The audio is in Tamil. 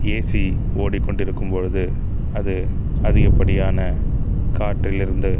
ஏசி ஓடிக்கொண்டு இருக்கும்பொழுது அது அதிகப்படியான காற்றிலிருந்து